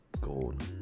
Gold